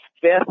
fifth